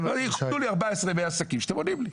תנו לי 14 ימי עסקים שאתם עונים לי.